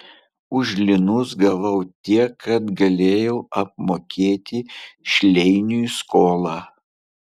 už linus gavau tiek kad galėjau apmokėti šleiniui skolą